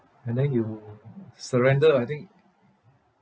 and then you surrender I think